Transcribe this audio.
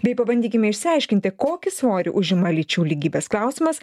bei pabandykime išsiaiškinti kokį svorį užima lyčių lygybės klausimas